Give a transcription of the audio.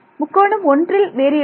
முக்கோணம் 1ல் வேறியபில்